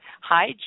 Hi